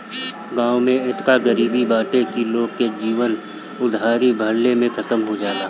गांव में एतना गरीबी बाटे की लोग के जीवन उधारी भरले में खतम हो जाला